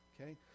okay